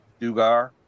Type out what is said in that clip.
Dugar